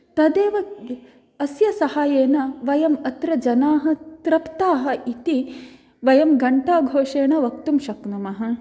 तदेव अस्य सहायेन वयम् अत्र जनाः तृप्ताः इति वयं घण्टाघोषेण वक्तुं शक्नुमः